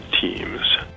teams